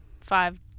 five